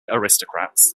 aristocrats